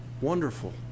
Wonderful